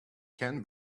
can